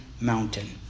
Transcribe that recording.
mountain